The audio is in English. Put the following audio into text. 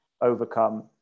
overcome